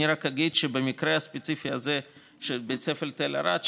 אני רק אגיד שבמקרה הספציפי הזה של בית ספר תל ערד,